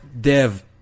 dev